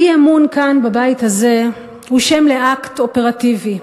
אי-אמון כאן, בבית הזה, הוא שם לאקט אופרטיבי,